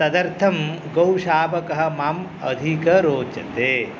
तदर्थं गौशावकः माम् अधिकं रोचते